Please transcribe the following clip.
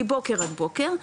מבוקר עד בוקר,